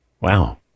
Wow